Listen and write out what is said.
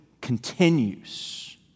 continues